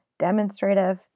demonstrative